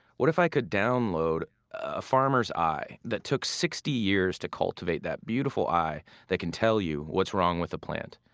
what if i could download a farmer's eye that took sixty years to cultivate? that beautiful eye that can tell you what's wrong with a plant.